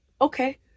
Okay